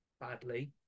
badly